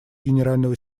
генерального